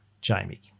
Jamie